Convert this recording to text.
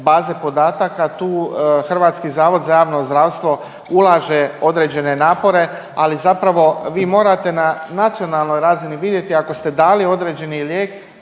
baze podataka, tu HZJZ ulaže određene napore, ali zapravo vi morate na nacionalnoj razini vidjeti ako ste dali određeni lijek